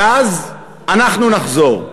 ואז אנחנו נחזור,